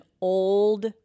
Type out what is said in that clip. old